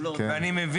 אני לא יודע